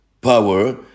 Power